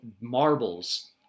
marbles